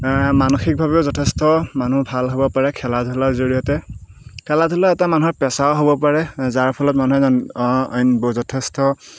মানসিকভাৱে যথেষ্ট মানুহ ভাল হ'ব পাৰে খেলা ধূলাৰ জৰিয়তে খেলা ধূলা এটা মানুহৰ পেচাও হ'ব পাৰে যাৰ ফলত মানুহে যথেষ্ট